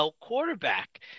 quarterback